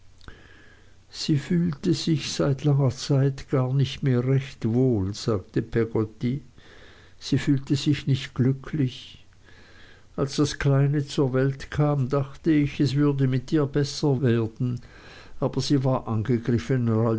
sie fühlte sich seit langer zeit gar nicht mehr recht wohl sagte peggotty sie fühlte sich nicht glücklich als das kleine zur welt kam dachte ich es würde mit ihr besser werden aber sie war angegriffener